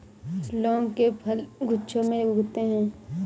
लौंग के फल गुच्छों में उगते हैं